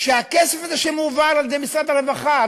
שהכסף הזה שמועבר על-ידי משרד הרווחה,